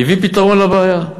הביא פתרון לבעיה,